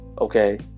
Okay